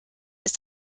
ist